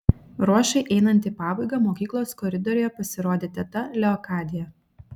ruošai einant į pabaigą mokyklos koridoriuje pasirodė teta leokadija